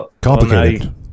complicated